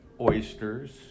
oysters